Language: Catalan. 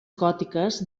gòtiques